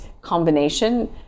combination